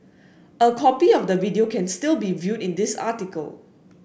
a copy of the video can still be viewed in this article